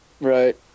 Right